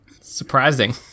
Surprising